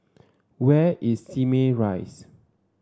where is Simei Rise